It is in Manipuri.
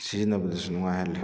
ꯁꯤꯖꯤꯟꯅꯕꯗꯁꯨ ꯅꯨꯡꯉꯥꯏꯍꯜꯂꯦ